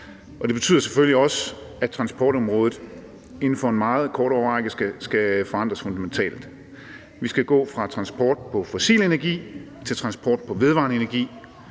Det betyder selvfølgelig også, at transportområdet inden for en meget kort årrække skal forandres fundamentalt. Vi skal gå fra transport på fossil energi til transport på vedvarende energi.